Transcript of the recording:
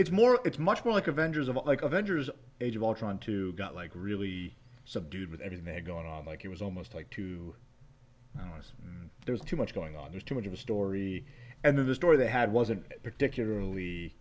it's more it's much more like avengers of like avengers age of ultron two got like really subdued with everything going on like it was almost like two hours and there's too much going on there's too much of a story and of the story they had wasn't particularly